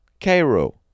Cairo